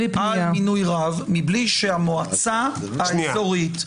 מינוי רב מבלי שהמועצה האזורית פונה.